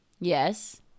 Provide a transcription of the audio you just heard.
yes